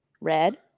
Red